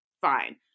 Fine